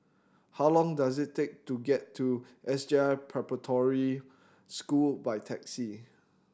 how long does it take to get to S J I Preparatory School by taxi